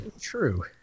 True